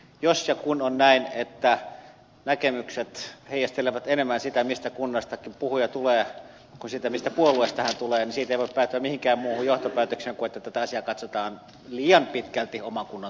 jos ja kun on näin että näkemykset heijastelevat enemmän sitä mistä kunnasta puhuja tulee kuin sitä mistä puolueesta hän tulee niin siitä ei voi päätyä mihinkään muuhun johtopäätökseen kuin että tätä asiaa katsotaan liian pitkälti oman kunnan tulokulmasta